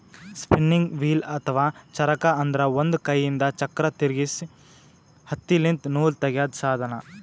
spinning wheel ಅಥವಾ ಚರಕ ಅಂದ್ರ ಒಂದ್ ಕೈಯಿಂದ್ ಚಕ್ರ್ ತಿರ್ಗಿಸಿ ಹತ್ತಿಲಿಂತ್ ನೂಲ್ ತಗ್ಯಾದ್ ಸಾಧನ